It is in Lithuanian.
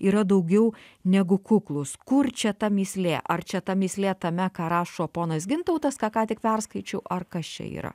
yra daugiau negu kuklūs kur čia ta mįslė ar čia ta mįslė tame ką rašo ponas gintautas ką ką tik perskaičiau ar kas čia yra